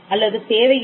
அல்லது தேவை என்ன